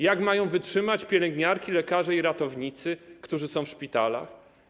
Jak mają wytrzymać pielęgniarki, lekarze i ratownicy, którzy są w szpitalach?